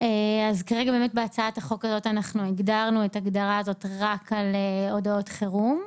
כרגע בהצעת החוק הזאת אנחנו הגדרנו את ההגדרה הזאת רק על הודעות חירום,